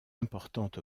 importante